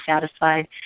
satisfied